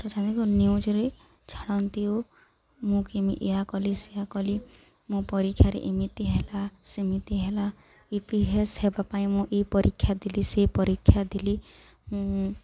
ଛାତ୍ରଛାତ୍ରୀଙ୍କ ନ୍ୟୁଜରେ ଛାଡ଼ନ୍ତି ଓ ମୁଁ କେମି ଏହା କଲି ସେଇଆ କଲି ମୋ ପରୀକ୍ଷାରେ ଏମିତି ହେଲା ସେମିତି ହେଲା ୟୁପିଏସ୍ ହେବା ପାଇଁ ମୁଁ ଏ ପରୀକ୍ଷା ଦେଲି ସେ ପରୀକ୍ଷା ଦେଲି ମୁଁ